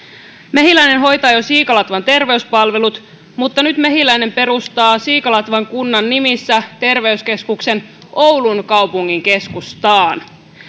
mehiläinen hoitaa jo siikalatvan terveyspalvelut mutta nyt mehiläinen perustaa siikalatvan kunnan nimissä terveyskeskuksen oulun kaupungin keskustaan